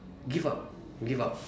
give up give up